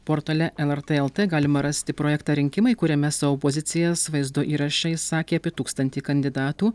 portale lrt lt galima rasti projektą rinkimai kuriame savo pozicijas vaizdo įrašais išsakė apie tūkstantį kandidatų